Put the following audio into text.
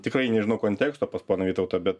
tikrai nežinau konteksto pas poną vytautą bet